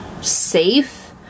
safe